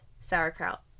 sauerkraut